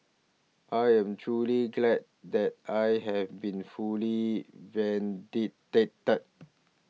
I am truly glad that I have been fully